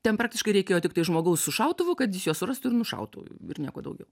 ten praktiškai reikėjo tiktai žmogaus su šautuvu kad jis juos surastų ir nušautų ir nieko daugiau